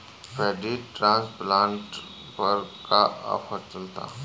Paddy transplanter पर का offer चलता?